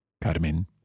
Carmen